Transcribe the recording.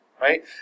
right